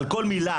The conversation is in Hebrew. על כל מילה,